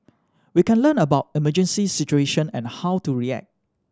we can learn about emergency situation and how to react